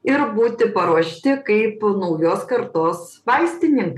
ir būti paruošti kaip naujos kartos vaistinink